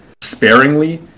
sparingly